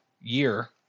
year